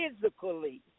physically